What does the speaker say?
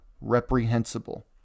reprehensible